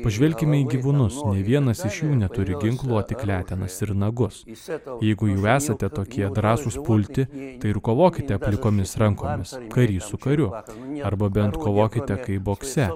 pažvelkime į gyvūnus nė vienas iš jų neturi ginklų o tik letenas ir nagus jeigu jūs esate tokie drąsūs užpulti ir kovokite plikomis rankomis karys su kariu arba bent kovokite kaip bokse